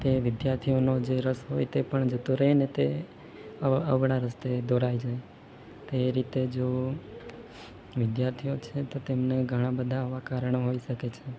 તે વિદ્યાર્થીઓનો જે રસ હોય તે પણ જતો રહેને તે અવ અવળા રસ્તે દોરાય જાય તે રીતે જો વિદ્યાર્થીઓ છે તો તેમને ઘણાબધા આવા કારણ હોઈ શકે છે